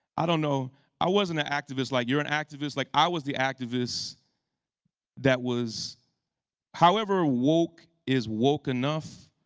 i you know i wasn't an activist like you're an activist. like i was the activists that was however woke is woke enough,